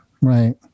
Right